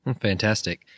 Fantastic